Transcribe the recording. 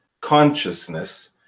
consciousness